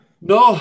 No